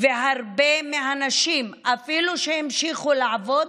והרבה מהנשים, אפילו שהמשיכו לעבוד,